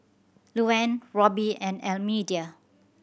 Luanne Robby and Almedia